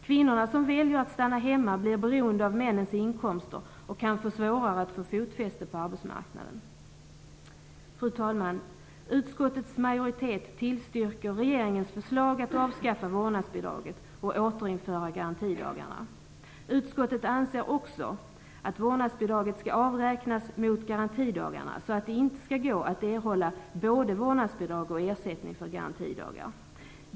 Kvinnorna som väljer att stanna hemma blir beroende av männens inkomster och kan få svårare att få fotfäste på arbetsmarknaden. Fru talman! Utskottets majoritet tillstyrker regeringens förslag att avskaffa vårdnadsbidraget och återinföra garantidagarna. Utskottet anser också att vårdnadsbidraget skall avräknas mot garantidagarna, så att det inte skall gå att erhålla både vårdnadsbidrag och ersättning för garantidagar.